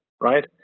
right